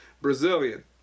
Brazilian